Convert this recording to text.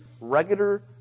regular